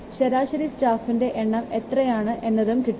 ശരാശരി സ്റ്റാഫിനെ എണ്ണം എത്രയാണ് എന്നാണ് കിട്ടുക